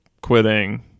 quitting